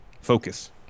Focus